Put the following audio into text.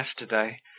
yesterday